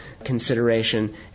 consideration